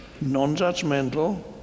non-judgmental